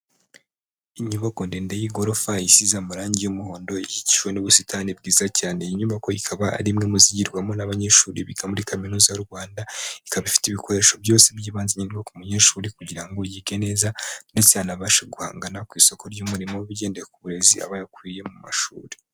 Inyubako ndende y'igorofa isize amarangi y'umuhondo ikikiwe n'ubusitani bwiza cyane, iyi nyubako ikaba ari imwe mu zigirwamo n'abanyeshuriga muri kaminuza y'u Rwanda ikaba ifite ibikoresho byose by'ibanze nkenerwa ku munyeshuri kugira ngo yige neza ndetse ana bashe guhangana ku isoko ry'umurimo ugendeye ku burezi aba yakuriye mu mashuri.